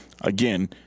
again